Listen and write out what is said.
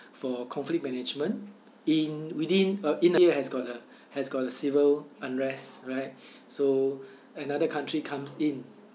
for conflict management in within uh india has got the has got the civil unrest right so another country comes in